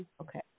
Okay